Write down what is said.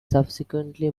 subsequently